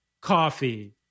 coffee